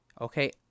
okay